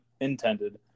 intended